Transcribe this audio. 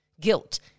guilt